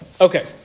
okay